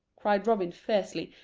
cried robin fiercely,